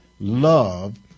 love